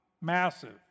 Massive